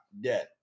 dead